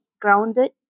grounded